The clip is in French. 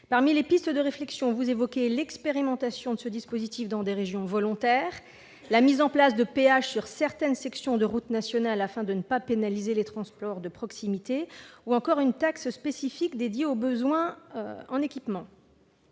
Parmi les pistes de réflexion, vous évoquez l'expérimentation de ce dispositif dans des régions volontaires ; la mise en place de péages sur certaines sections de routes nationales, afin de ne pas pénaliser les transports de proximité ; ou encore la création d'une taxe spécifique dédiée aux besoins en équipement.